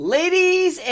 ladies